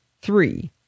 three